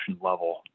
level